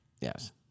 Yes